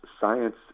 science